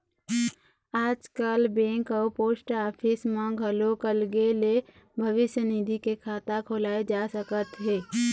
आजकाल बेंक अउ post office म घलोक अलगे ले भविस्य निधि के खाता खोलाए जा सकत हे